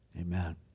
Amen